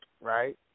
right